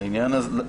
נכון.